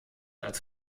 als